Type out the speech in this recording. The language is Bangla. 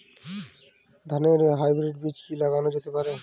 ধানের হাইব্রীড বীজ কি লাগানো যেতে পারে?